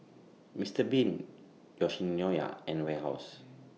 Mister Bean Yoshinoya and Warehouse